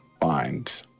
find